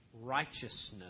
righteousness